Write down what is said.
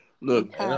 Look